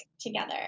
together